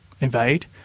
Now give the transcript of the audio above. invade